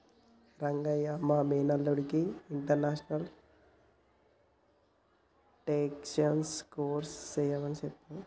రంగయ్య మా మేనల్లుడికి international taxation course సెయ్యమని సెప్పాడు